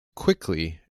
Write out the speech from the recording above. quickly